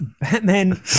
Batman